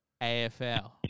AFL